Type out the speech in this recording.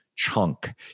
chunk